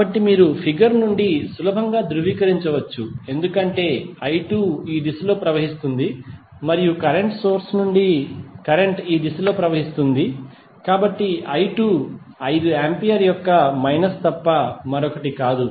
కాబట్టి మీరు ఫిగర్ నుండి సులభంగా ధృవీకరించవచ్చు ఎందుకంటే i2 ఈ దిశలో ప్రవహిస్తుంది మరియు కరెంట్ సోర్స్ నుండి కరెంట్ ఈ దిశలో ప్రవహిస్తుంది కాబట్టి i2 5 ఆంపియర్ యొక్క మైనస్ తప్ప మరొకటి కాదు